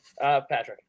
Patrick